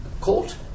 court